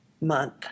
month